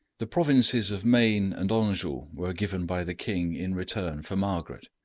the provinces of maine and anjou were given by the king in return for margaret.